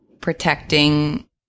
protecting